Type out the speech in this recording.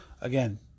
Again